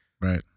Right